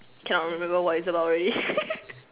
cannot remember what it's about already